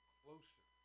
closer